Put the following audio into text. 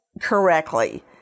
correctly